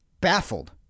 baffled